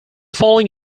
following